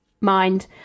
mind